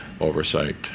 oversight